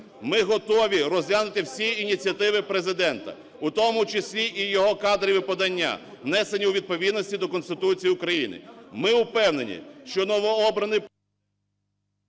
Ми готові розглянути всі ініціативи Президента, у тому числі і його кадрові подання, внесені у відповідності до Конституції України. Ми упевнені, що новообраний…